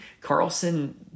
Carlson